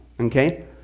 Okay